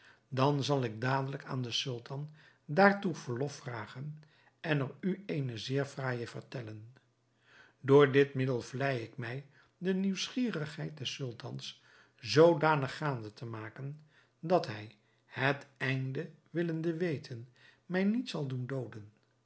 dan zal ik dadelijk aan den sultan daartoe verlof vragen en er u eene zeer fraaije vertellen door dit middel vlei ik mij de nieuwsgierigheid des sultans zoodanig gaande te maken dat hij het einde willende weten mij niet zal doen dooden